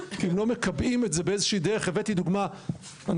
אם לא מקבעים את זה באיזושהי דרך הבאתי דוגמה משקפת,